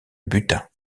butin